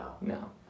no